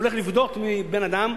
הולך לפדות מבן-אדם,